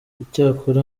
icyakora